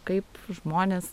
kaip žmonės